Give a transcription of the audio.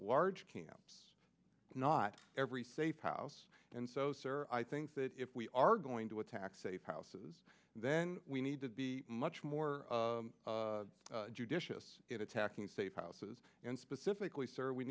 large camps not every safe house and so sir i think that if we are going to attack safe houses then we need to be much more judicious in attacking safe houses and specifically